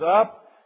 up